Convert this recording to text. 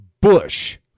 Bush